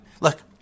look